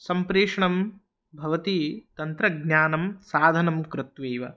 सम्प्रेषणं भवति तन्त्रज्ञानं साधनं कृत्वैव